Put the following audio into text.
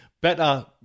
better